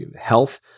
health